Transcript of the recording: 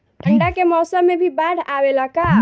ठंडा के मौसम में भी बाढ़ आवेला का?